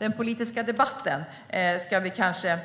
Den politiska debatten ska vi kanske